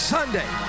Sunday